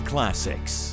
Classics